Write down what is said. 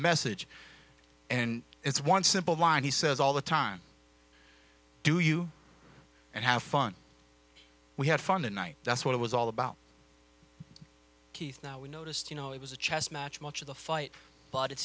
message and it's one simple line he says all the time do you and have fun we had fun tonight that's what it was all about keith now we noticed you know it was a chess match much of the fight but it